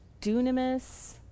Dunamis